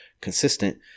consistent